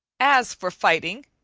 as for fighting,